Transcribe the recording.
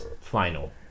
final